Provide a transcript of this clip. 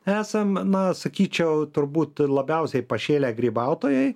esam na sakyčiau turbūt labiausiai pašėlę grybautojai